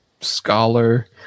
scholar